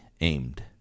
aimed